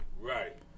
Right